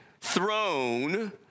throne